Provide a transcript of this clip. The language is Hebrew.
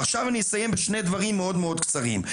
עכשיו, אני אסיים בשני דברים מאוד מאוד קצרים.